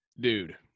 Dude